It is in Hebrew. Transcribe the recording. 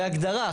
בהגדרה,